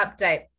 update